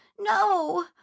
No